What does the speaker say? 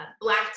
Black